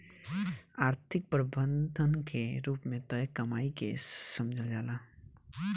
आर्थिक प्रबंधन के रूप में तय कमाई के समझल जाला